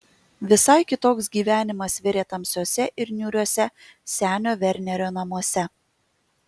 visai kitoks gyvenimas virė tamsiuose ir niūriuose senio vernerio namuose